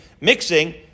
mixing